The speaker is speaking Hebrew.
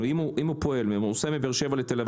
אם הוא פועל ואם הוא נוסע מבאר שבע לתל אביב.